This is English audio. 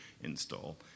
install